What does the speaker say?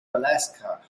alaska